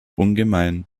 ungemein